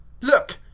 Look